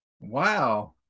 Wow